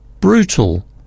brutal